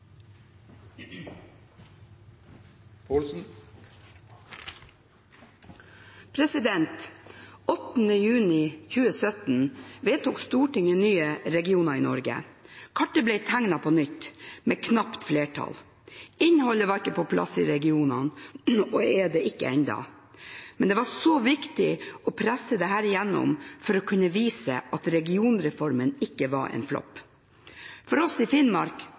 juni 2017 vedtok Stortinget nye regioner i Norge. Kartet ble tegnet på nytt, med knapt flertall. Innholdet var ikke på plass i regionene og er det ikke ennå. Men det var viktig å presse dette igjennom for å kunne vise at regionreformen ikke var en flopp. For oss i Finnmark